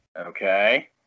Okay